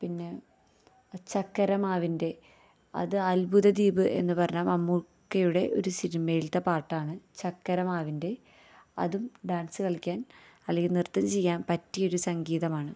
പിന്നെ ചക്കരമാവിന്റെ അത് അത്ഭുതദ്വീപ് എന്നു പറഞ്ഞ മമ്മൂക്കയുടെ ഒരു സിനിമയിലത്തെ പാട്ടാണ് ചക്കരമാവിന്റെ അതും ഡാന്സ് കളിക്കാന് അല്ലെങ്കിൽ നൃത്തം ചെയ്യാൻ പറ്റിയൊരു സംഗീതമാണ്